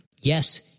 yes